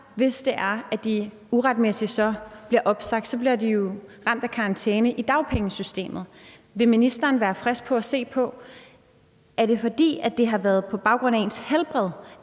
at de uretmæssigt bliver opsagt, bliver de jo ramt af karantæne i dagpengesystemet. Vil ministeren være frisk på at se på, at man, hvis det har været på baggrund af ens helbred,